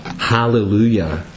hallelujah